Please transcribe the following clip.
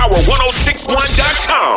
1061.com